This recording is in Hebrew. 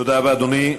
תודה רבה, אדוני.